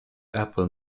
apple